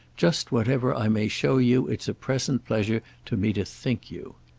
just whatever i may show you it's a present pleasure to me to think you.